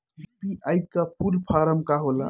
UPI का full form का होला?